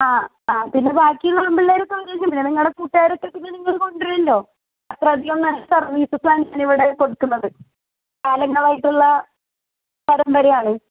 ആ ആ പിന്നെ ബാക്കിയുള്ള ആൺപിള്ളേരക്കെ വരും പിന്നെ നിങ്ങളുടെ കൂട്ടുകാരെയൊക്കെ നിങ്ങൾ കൊണ്ടരൂല്ലോ അത്ര അധികം നല്ല സർവീസസാണ് ഞങ്ങളിവടെ കൊടുക്കുന്നത് കാലങ്ങളായിട്ടുള്ള പാരമ്പര്യമാണ്